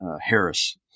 Harris